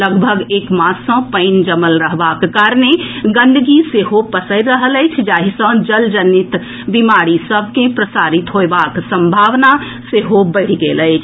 लगभग एक मास सँ पानि जमल रहबाक कारणे गंदगी सेहो पसरि रहल अछि जाहि सँ जल जनित बीमारी सभ के प्रसारित होयबाक संभावना सेहो बढ़ि गेल अछि